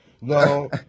No